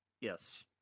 Yes